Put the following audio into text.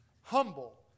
Humble